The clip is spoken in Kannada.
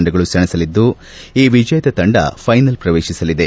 ತಂಡಗಳು ಸೆಣಸಲಿದ್ದು ಈ ವಿಜೇತ ತಂಡ ಫೈನಲ್ ಪ್ರವೇಶಿಸಲಿದೆ